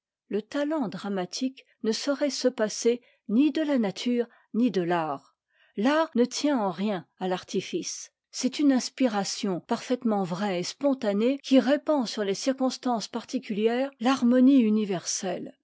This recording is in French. le talent dramatique ne saurait se passer ni de la nature ni de l'art l'art ne tient en rien à l'artifice c'est une inspiration parfaitement vraie et spontanée qui répand sur les circonstances particulières l'harmonie universelle